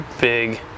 big